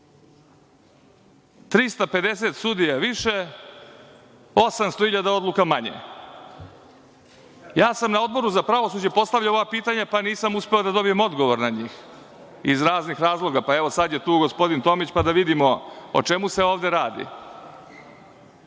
350 sudija više, 800 hiljada odluka manje. Ja sam na Odboru za pravosuđe postavio ova pitanja pa nisam uspeo da dobijem odgovor na njih iz raznih razloga. Sada je tu gospodin Tomić pa da vidimo o čemu se ovde radi.U